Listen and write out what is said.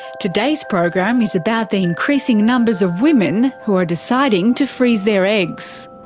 today's program is about the increasing numbers of women who are deciding to freeze their eggs.